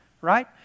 Right